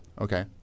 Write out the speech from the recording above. Okay